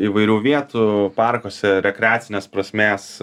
įvairių vietų parkuose rekreacinės prasmės